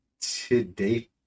today